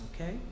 Okay